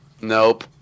nope